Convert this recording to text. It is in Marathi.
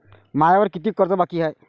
मायावर कितीक कर्ज बाकी हाय?